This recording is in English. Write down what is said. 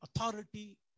authority